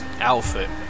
outfit